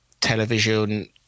television